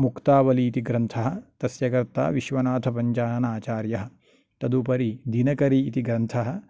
मुक्तावली इति ग्रन्थः तस्य कर्ता विश्वनाथपञ्चाननाचार्यः तदुपरि दिनकरी इति ग्रन्थः